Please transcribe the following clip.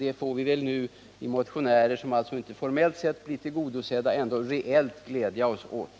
Det får vi motionärer, som formellt sett inte blir tillgodosedda, ändå reellt glädja oss åt.